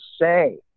say